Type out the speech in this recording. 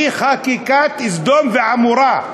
היא חקיקת סדום ועמורה.